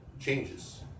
changes